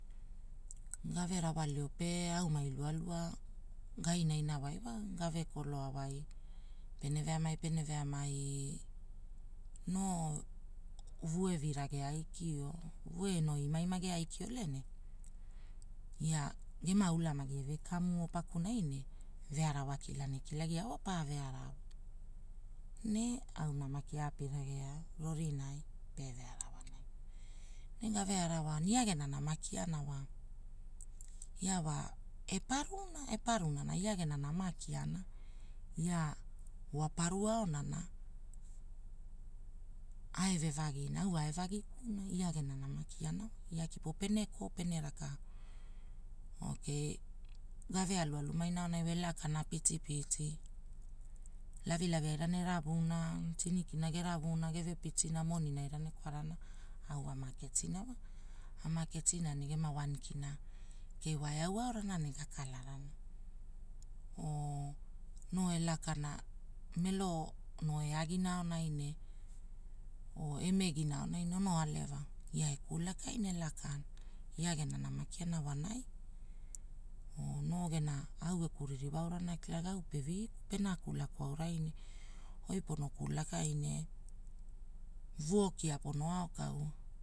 Gave rawalio pe aumai lualua, gaina ina wai wa, gavekoloawai, pene veamai pene veamai noo uve vira geaikio. Uve noo imaima geaikio ole ne, ia gema ugamagi eve kamuo pakunai ne, vearawa kilana ekilagiao pa vearawa. Ne auna maki api rageao, rorinai, pe vearawao. Ne gave arawao, ia gena nama kiana wa, ia wa eparuna eparunana ia gena nama kiana, ia waparu aonana. Ae vevagina, au ae vagikune, ia gene nama kiana kupo pene koo pene rakau. Ookeii, gave alualu maina aonai wa elakana pitipiti, lavilavi airana eravuna tinikina geravuna geve pitina, monin ainana ekwarana, au ama ketina wa. Amaketina negema wan kina, kei waeau aorana ne gakalarana. Noo ekalana melo noo eagina aonai ne, oo emegina aonai ono aleva eai ulakaina ne elakana, ia gena nama kiana wonai. au geku ririwa aura ana kilagira au peve penakulaku raine, oi pono kulakai ne, voo kia pono aokau.